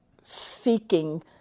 seeking